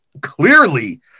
clearly